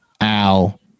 Al